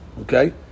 Okay